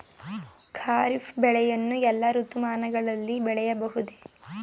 ಖಾರಿಫ್ ಬೆಳೆಯನ್ನು ಎಲ್ಲಾ ಋತುಮಾನಗಳಲ್ಲಿ ಬೆಳೆಯಬಹುದೇ?